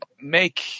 make